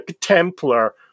Templar